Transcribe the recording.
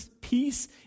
peace